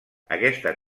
aquesta